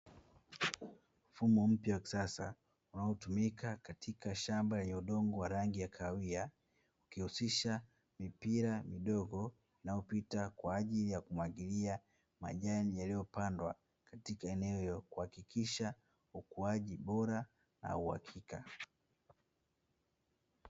Mfumo mpya wa kisasa unaotumika katika shamba lenye udongo wa rangi ya kahawia, ukihusisha mipira midogo inayopita kwa ajili ya kumwagilia majani yaliyopandwa katika eneo hilo kuhakikisha ukuaji bora na uhakika.